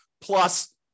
plus